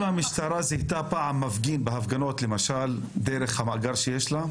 המשטרה זיהתה פעם מפגין בהפגנות למשל דרך המאגר שיש לה?